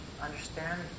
understand